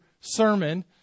sermon